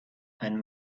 and